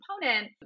component